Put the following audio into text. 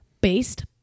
based